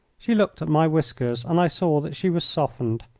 she looked at my whiskers and i saw that she was softened.